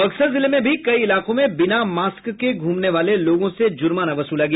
बक्सर जिले में भी कई इलाकों में बिना मास्क के घुमने वाले लोगों से जुर्माना वसूला गया